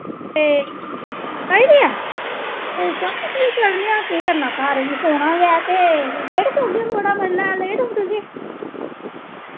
ते ते चलो फ्ही चलने आं केह् करना घर बी सौना गै ते लेट सौगे थोह्ड़ा बड़लै लेट उट्ठगे